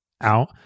out